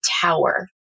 tower